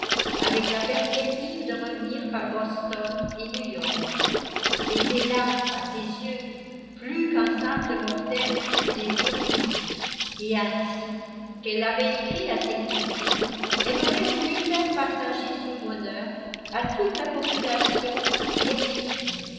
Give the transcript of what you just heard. avec la perspective de revenir par boston et new-york c'était là à ses yeux plus qu'un simple mortel pût désirer et ainsi qu'elle l'avait écrit à ses cousines elle aurait voulu faire partager son bonheur à toute la population